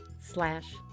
slash